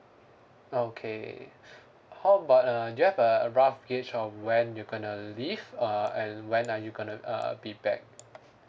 okay how about uh do you have a rough gauge of when you gonna leave uh and when are you gonna uh be back